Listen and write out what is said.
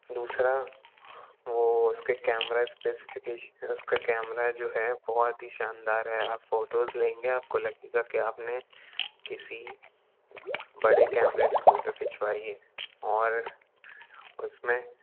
दूसरा वह उसके कैमरा स्पेसिफिकैशन उसका कैमरा जो है बहुत ही शानदार है आप फोटोज़ लेंगे आपको लगेगा कि आपने किसी बड़े कैमरे से फोटो खिंचवाई हैं और उसमें